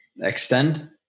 Extend